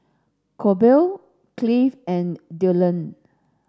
Colby Cleve and Dillon